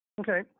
Okay